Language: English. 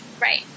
right